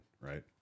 right